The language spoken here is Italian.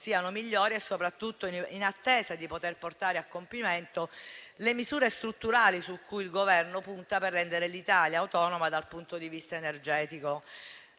siano migliori e soprattutto in attesa di portare a compimento le misure strutturali su cui il Governo punta per rendere l'Italia autonoma dal punto di vista energetico.